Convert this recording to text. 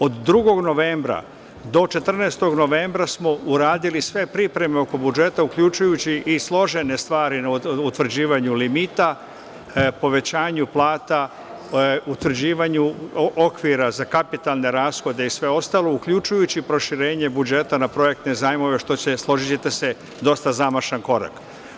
Od 2. novembra do 14. novembra smo uradili sve pripreme oko budžeta, uključujući i složene stvari na utvrđivanju limita, povećanju plata, utvrđivanju okvira za kapitalne rashode i sve ostalo, uključujući proširenje budžeta na projektne zajmove, što je, složićete se, dosta zamašan korak.